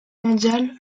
mondiale